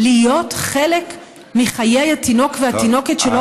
להיות חלק מחיי התינוק והתינוקת שלו,